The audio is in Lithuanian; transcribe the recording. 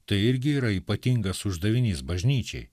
tai irgi yra ypatingas uždavinys bažnyčiai